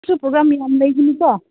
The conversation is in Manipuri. ꯄ꯭ꯔꯣꯒ꯭ꯔꯥꯝ ꯌꯥꯝꯕꯒꯤꯅꯤ ꯀꯣ